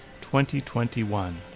2021